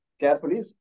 Carefully